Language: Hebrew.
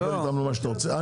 תדבר איתם מה שאתה רוצה.